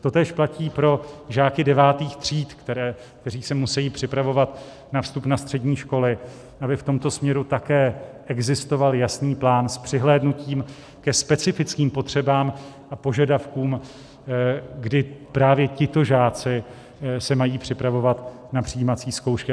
Totéž platí pro žáky devátých tříd, kteří se musejí připravovat na vstup na střední školy, aby v tomto směru také existoval jasný plán s přihlédnutím ke specifickým potřebám a požadavkům, kdy právě tito žáci se mají připravovat na přijímací zkoušky.